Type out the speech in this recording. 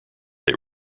they